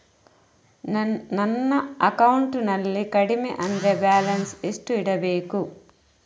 ನನ್ನ ಅಕೌಂಟಿನಲ್ಲಿ ಕಡಿಮೆ ಅಂದ್ರೆ ಬ್ಯಾಲೆನ್ಸ್ ಎಷ್ಟು ಇಡಬೇಕು?